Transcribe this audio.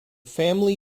family